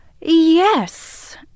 Yes